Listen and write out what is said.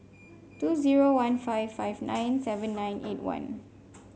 two zero one five five nine seven nine eight one